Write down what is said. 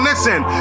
Listen